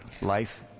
Life